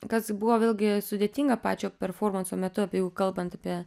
kas buvo vėlgi sudėtinga pačio performanso metu kalbant apie